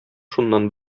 шуннан